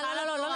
זה לא נכון.